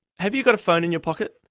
have you got a phone in your pocket?